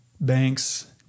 Banks